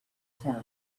tenth